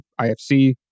IFC